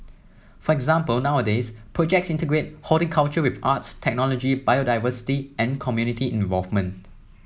for example nowadays projects integrate horticulture with arts technology biodiversity and community involvement